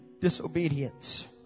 disobedience